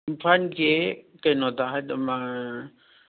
ꯏꯝꯐꯥꯜꯒꯤ ꯀꯩꯅꯣꯗ ꯍꯥꯏꯗꯣ